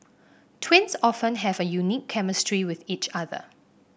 twins often have a unique chemistry with each other